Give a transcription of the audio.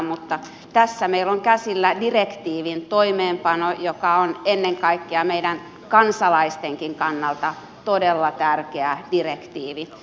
mutta tässä meillä on käsillä sellaisen direktiivin toimeenpano joka on ennen kaikkea meidän kansalaistenkin kannalta todella tärkeä direktiivi